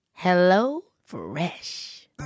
HelloFresh